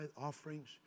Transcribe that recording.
offerings